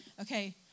Okay